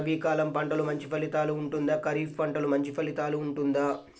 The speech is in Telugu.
రబీ కాలం పంటలు మంచి ఫలితాలు ఉంటుందా? ఖరీఫ్ పంటలు మంచి ఫలితాలు ఉంటుందా?